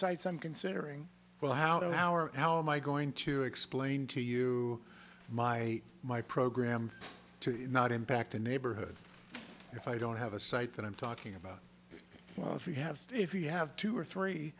i'm considering well how our how am i going to explain to you my my program to not impact a neighborhood if i don't have a site that i'm talking about well if you have stiff you have two or three